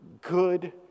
good